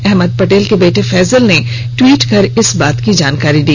अहमद पटेल के बेटे फैजल ने ट्वीट कर इस बात की जानकारी दी